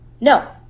No